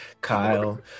kyle